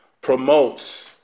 promotes